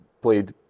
Played